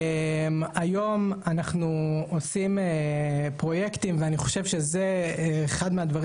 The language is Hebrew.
היום אנחנו עושים פרויקטים ואני חושב שזה אחד מהדברים